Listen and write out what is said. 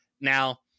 Now